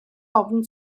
ofn